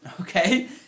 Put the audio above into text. okay